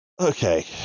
okay